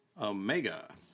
Omega